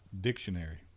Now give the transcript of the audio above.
dictionary